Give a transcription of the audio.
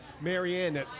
Marianne